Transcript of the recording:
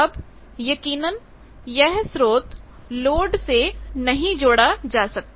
अब यकीनन यह स्रोत लोड से नहीं जोड़ा जा सकता